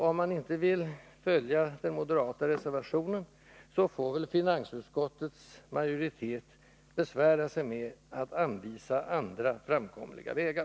Om man inte vill följa den moderata reservationen, får väl finansutskottets majoritet besvära sig med att anvisa andra framkomliga vägar.